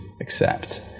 accept